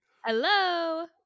Hello